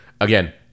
again